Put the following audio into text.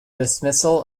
dismissal